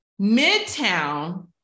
Midtown